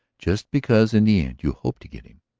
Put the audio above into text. just because in the end you hope to get him?